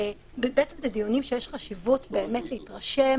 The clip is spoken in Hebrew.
בעצם זה דיונים שיש חשיבות באמת להתרשם,